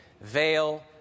veil